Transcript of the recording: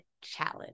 challenge